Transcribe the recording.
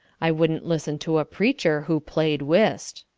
i wouldn't listen to a preacher who played whist.